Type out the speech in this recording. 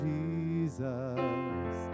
Jesus